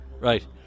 Right